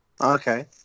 Okay